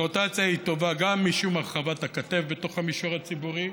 הרוטציה היא טובה גם משום הרחבת הכתף בתוך המישור הציבורי,